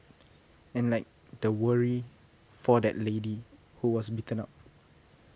and like the worry for that lady who was beaten up